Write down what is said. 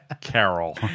carol